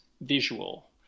visual